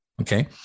okay